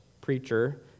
preacher